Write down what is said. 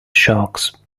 sharks